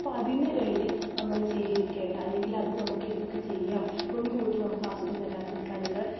അപ്പം അതിന് വേണ്ടി നമ്മൾ സ്വീകരിക്കേണ്ട അല്ലെങ്കിൽ അത് നമുക്ക് എന്തൊക്കെ ചെയ്യാം മുൻ കൂട്ടി നമുക്ക് അസുഖം വരാതിരിക്കാനുള്ള